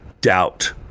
Doubt